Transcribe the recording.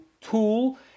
tool